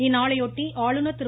இந்நாளையொட்டி ஆளுநர் திரு